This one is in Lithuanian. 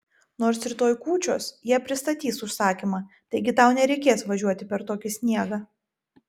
nors rytoj kūčios jie pristatys užsakymą taigi tau nereikės važiuoti per tokį sniegą